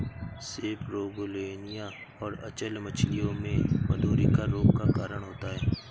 सेपरोगेलनिया और अचल्य मछलियों में मधुरिका रोग का कारण होता है